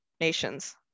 nations